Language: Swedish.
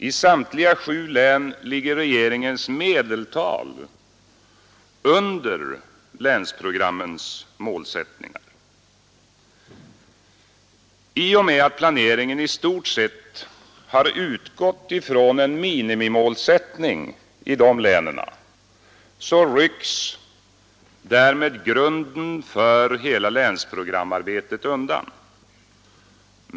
I samtliga sju län ligger regeringens medeltal under länsprogrammens målsättningar. I och med att planeringen i stort sett har utgått från en minimimålsättning i dessa län rycks därmed grunden för hela länsprogramarbetet undan.